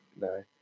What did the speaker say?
No